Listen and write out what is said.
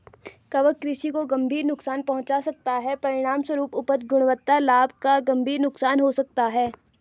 कवक कृषि को गंभीर नुकसान पहुंचा सकता है, परिणामस्वरूप उपज, गुणवत्ता, लाभ का गंभीर नुकसान हो सकता है